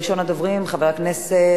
ראשון הדוברים, חבר הכנסת